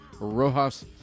Rojas